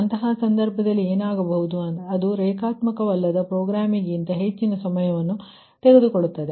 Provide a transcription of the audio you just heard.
ಅಂತಹ ಸಂದರ್ಭದಲ್ಲಿ ಏನಾಗಬಹುದು ಅದು ರೇಖಾತ್ಮಕವಲ್ಲದ ಪ್ರೋಗ್ರಾಮಿಂಗ್ಗಿಂತ ಹೆಚ್ಚಿನ ಸಮಯ ತೆಗೆದುಕೊಳ್ಳುತ್ತದೆ